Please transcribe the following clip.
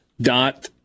dot